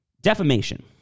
defamation